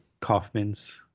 Kaufman's